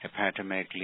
hepatomegaly